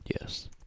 Yes